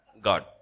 God